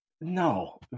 No